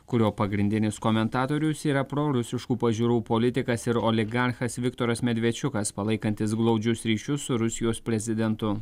kurio pagrindinis komentatorius yra prorusiškų pažiūrų politikas ir oligarchas viktoras medvečiukas palaikantis glaudžius ryšius su rusijos prezidentu